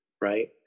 Right